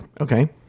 Okay